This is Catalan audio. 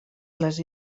les